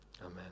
Amen